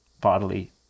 bodily